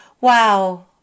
Wow